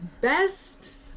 best